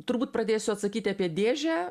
turbūt pradėsiu atsakyti apie dėžę